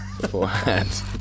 beforehand